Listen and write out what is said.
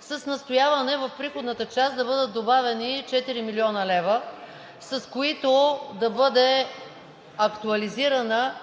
с настояване в приходната част да бъдат добавени 4 млн. лв., с които да бъде актуализирана